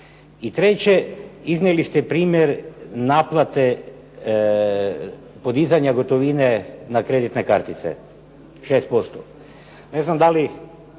I treće, iznijeli ste primjer naplate podizanja gotovine na kreditne kartice 6%. Ne znam da li